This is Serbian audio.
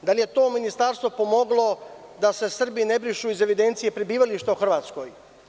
Da li je to ministarstvo pomoglo da se Srbi ne brišu iz evidencije prebivališta u Hrvatskoj?